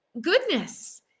goodness